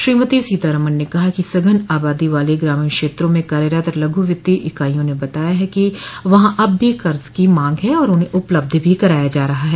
श्रीमती सीतारमन ने कहा कि सघन आबादी वाले ग्रामीण क्षेत्रों में कार्यरत लघु वित्तीय इकाईयों ने बताया है कि वहां अब भी कर्ज की मांग है और उन्हें उपलब्ध भी कराया जा रहा है